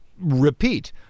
repeat